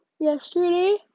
Yesterday